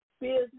business